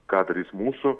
kadrais mūsų